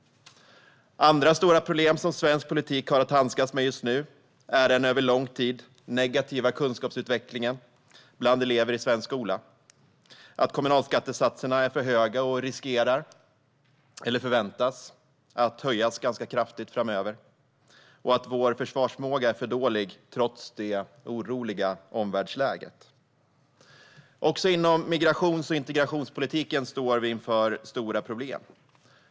Andra stora problem som svensk politik har att handskas med just nu är den över lång tid negativa kunskapsutvecklingen bland elever i svensk skola, att kommunalskattesatserna är för höga och riskerar, eller förväntas, att höjas ganska kraftigt framöver och att vår försvarsförmåga är för dålig i det oroliga omvärldsläget. Också inom migrations och integrationspolitiken står vi inför stora problem.